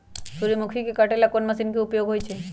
सूर्यमुखी के काटे ला कोंन मशीन के उपयोग होई छइ?